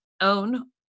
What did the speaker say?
own